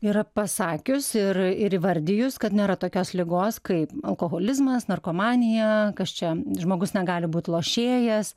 yra pasakius ir ir įvardijus kad nėra tokios ligos kaip alkoholizmas narkomanija kas čia žmogus negali būt lošėjas